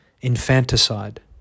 Infanticide